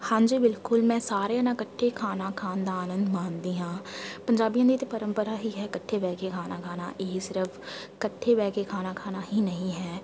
ਹਾਂਜੀ ਬਿਲਕੁਲ ਮੈਂ ਸਾਰਿਆਂ ਨਾਲ ਇਕੱਠੇ ਖਾਣਾ ਖਾਣ ਦਾ ਆਨੰਦ ਮਾਣਦੀ ਹਾਂ ਪੰਜਾਬੀਆਂ ਦੀ ਤਾਂ ਪਰੰਪਰਾ ਹੀ ਹੈ ਇਕੱਠੇ ਬਹਿ ਕੇ ਖਾਣਾ ਖਾਣਾ ਇਹ ਸਿਰਫ ਇਕੱਠੇ ਬਹਿ ਕੇ ਖਾਣਾ ਖਾਣਾ ਹੀ ਨਹੀਂ ਹੈ